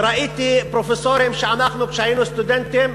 וראיתי פרופסורים שאנחנו, כשהיינו סטודנטים,